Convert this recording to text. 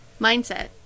mindset